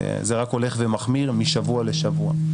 זה רק הולך ומחמיר משבוע לשבוע.